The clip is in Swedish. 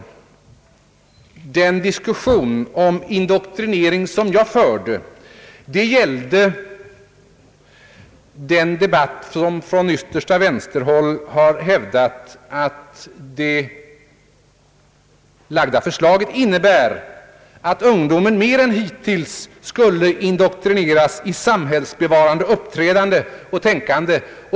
Min diskussion om indoktrinering syftade på den debatt som förts av yttersta vänstern och i vilken man hävdat att det framlagda förslaget innebär att ungdomen mer än hittills skulle indoktrineras i samhällsbevarande uppträdande och tänkande.